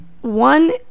one